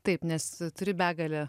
taip nes turi begalę